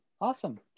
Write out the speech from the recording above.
awesome